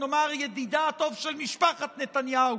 או נאמר ידידה הטוב של משפחת נתניהו,